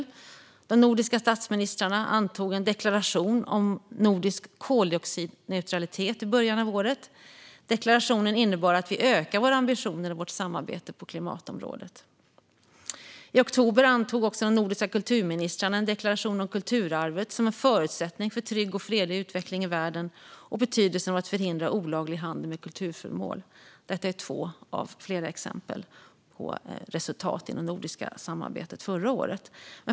I början av året antog de nordiska statsministrarna en deklaration om nordisk koldioxidneutralitet. Deklarationen innebär att vi ökar våra ambitioner och vårt samarbete på klimatområdet. I oktober antog den nordiska kulturministrarna en deklaration om kulturarvet som en förutsättning för trygg och fredlig utveckling i världen och betydelsen av att förhindra olaglig handel med kulturföremål. Detta är två av flera exempel på resultat inom det nordiska samarbetet förra året.